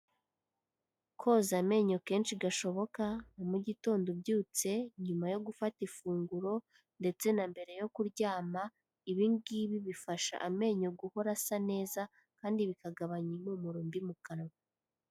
Koza amenyo kenshi gashoboka nka mu gitondo ubyutse, nyuma yo gufata ifunguro ndetse na mbere yo kuryama, ibi ngibi bifasha amenyo guhora asa neza kandi bikagabanya impumuro mbi mu kanwa.